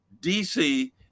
DC